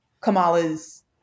Kamala's